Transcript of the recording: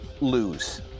lose